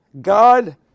God